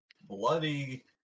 bloody